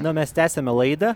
na mes tęsiame laidą